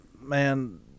man